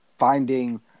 Finding